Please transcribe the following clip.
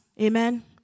Amen